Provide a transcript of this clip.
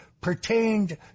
pertained